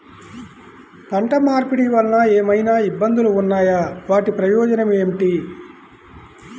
పంట మార్పిడి వలన ఏమయినా ఇబ్బందులు ఉన్నాయా వాటి ప్రయోజనం ఏంటి?